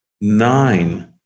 nine